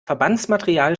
verbandsmaterial